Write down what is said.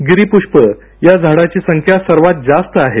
गिरिपृष्प या झाडाची संख्या सर्वात जास्त आहे